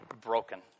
broken